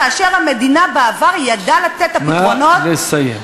כאשר המדינה בעבר ידעה לתת את הפתרונות --- נא לסיים.